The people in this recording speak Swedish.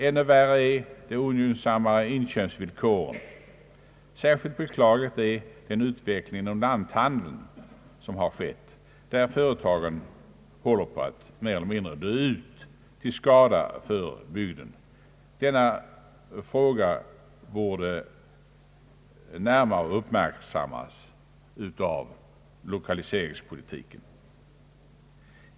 Ännu vär re är de ogynnsamma inköpsvillkoren. Särskilt beklaglig är den utveckling som ägt rum inom lanthandeln, där företagaren mer eller mindre håller på att dö ut, till skada för bygden. Denna fråga borde närmare uppmärksammas av lokaliseringspolitiken.